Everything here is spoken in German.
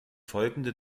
folgende